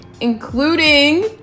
including